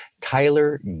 Tyler